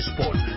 Sport